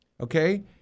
Okay